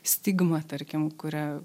stigma tarkim kuria